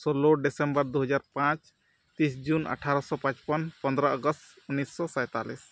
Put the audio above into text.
ᱥᱳᱞᱳ ᱰᱤᱥᱮᱢᱵᱚᱨ ᱫᱩ ᱦᱟᱡᱟᱨ ᱯᱟᱸᱪ ᱛᱤᱨᱤᱥ ᱡᱩᱱ ᱟᱴᱷᱟᱨᱚᱥᱚ ᱯᱟᱸᱪ ᱯᱚᱱ ᱯᱚᱸᱫᱽᱨᱚ ᱟᱜᱚᱥᱴ ᱩᱱᱤᱥᱥᱚ ᱥᱟᱸᱭᱛᱟᱞᱞᱤᱥ